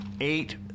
eight